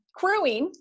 crewing